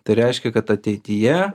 tai reiškia kad ateityje